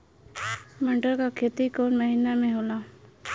मटर क खेती कवन महिना मे होला?